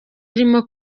arimo